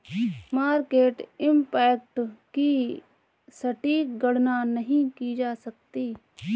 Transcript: market impact की सटीक गणना नहीं की जा सकती